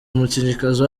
umukinnyikazi